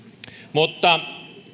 mutta